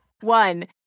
One